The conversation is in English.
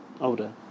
Older